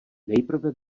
nejprve